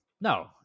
No